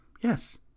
Yes